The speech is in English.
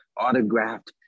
autographed